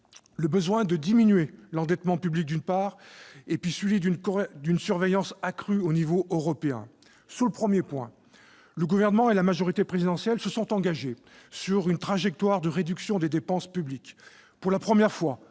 nécessité de diminuer l'endettement public et celle de mettre en place une surveillance accrue au niveau européen. Sur le premier point, le Gouvernement et la majorité présidentielle se sont engagés sur une trajectoire de réduction des dépenses publiques. Pour la première fois